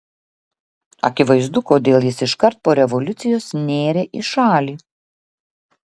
akivaizdu kodėl jis iškart po revoliucijos nėrė į šalį